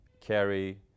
carry